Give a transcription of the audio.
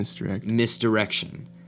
Misdirection